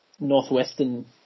northwestern